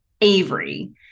Avery